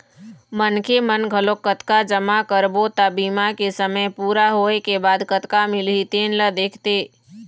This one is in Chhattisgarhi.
मनखे मन घलोक कतका जमा करबो त बीमा के समे पूरा होए के बाद कतका मिलही तेन ल देखथे